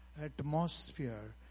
atmosphere